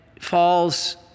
falls